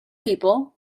people